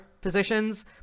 positions